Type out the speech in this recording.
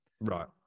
Right